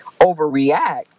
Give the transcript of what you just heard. overreact